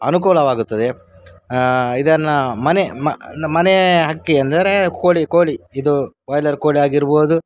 ಅನುಕೂಲವಾಗುತ್ತದೆ ಇದನ್ನು ಮನೆ ಮನೆ ಹಕ್ಕಿ ಎಂದರೆ ಕೋಳಿ ಕೋಳಿ ಇದು ಬಾಯ್ಲರ್ ಕೋಳಿ ಆಗಿರ್ಬೋದು